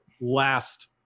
last